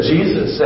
Jesus